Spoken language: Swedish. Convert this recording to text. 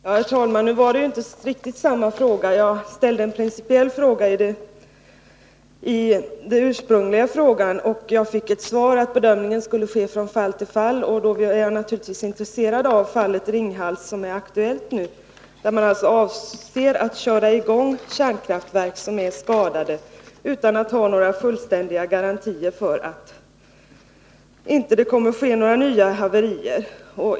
Herr talman! Nu var det inte riktigt samma fråga jag ställde nyss. Jag ställde ursprungligen en principiell fråga, och jag fick svaret att bedömningen skulle ske från fall till fall, och då är jag naturligtvis intresserad av fallet 2 Riksdagens protokoll 1981/82:107-111 Ringhals, som nu är aktuellt — man avser där att köra i gång kärnkraftverk som är skadade utan att ha några fullständiga garantier för att det inte kommer att ske några nya haverier.